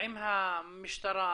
עם המשטרה,